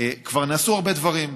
כבר נעשו הרבה דברים,